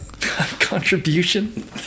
contribution